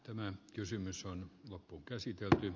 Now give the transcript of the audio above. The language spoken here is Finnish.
tämä kysymys on loppuun jatkua